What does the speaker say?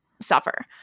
suffer